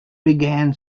began